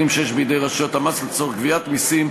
שיש בידי רשויות המס לצורך גביית מסים,